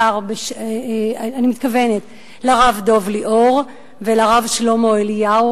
אני מתכוונת לרב דב ליאור ולרב שלמה אליהו.